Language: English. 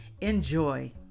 Enjoy